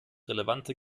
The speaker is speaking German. relevante